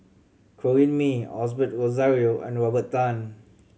Corrinne May Osbert Rozario and Robert Tan